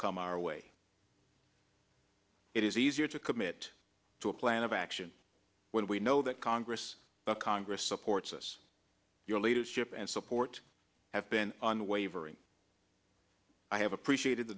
come our way it is easier to commit to a plan of action when we know that congress the congress supports us your leadership and support have been unwavering i have appreciated the